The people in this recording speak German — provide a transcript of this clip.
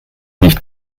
nicht